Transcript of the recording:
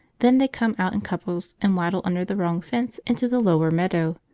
then they come out in couples and waddle under the wrong fence into the lower meadow,